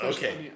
Okay